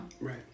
Right